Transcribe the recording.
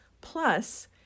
Plus